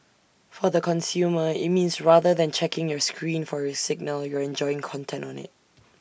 for the consumer IT means rather than checking your screen for A signal you're enjoying content on IT